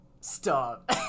Stop